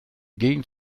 gegend